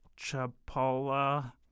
Chapala